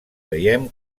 veiem